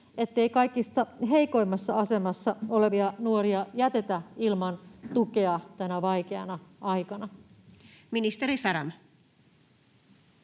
ettei kaikista heikoimmassa asemassa olevia nuoria jätetä ilman tukea tänä vaikeana aikana? Ministeri Saramo.